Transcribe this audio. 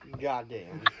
Goddamn